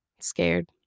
scared